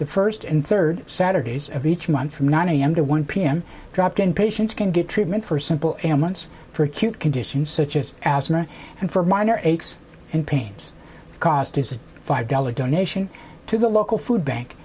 the first and third saturdays of each month from nine a m to one p m dropped in patients can get treatment for simple and months for acute conditions such as asthma and for minor aches and pains cost is a five dollar donation to the local food bank